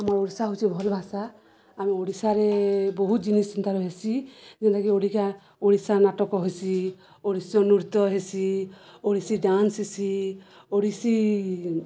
ଆମର ଓଡ଼ିଶା ହଉଚି ଭଲ ଭାଷା ଆମେ ଓଡ଼ିଶାରେ ବହୁତ ଜିନିଷ ତାର ହେସି ଯେନ୍ତାକି ଓଡିଖା ଓଡ଼ିଶା ନାଟକ ହେସି ଓଡ଼ିଶୀ ନୃତ୍ୟ ହେସି ଓଡ଼ିଶୀ ଡାନ୍ସ ହେସି ଓଡ଼ିଶୀ